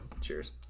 Cheers